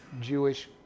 Jewish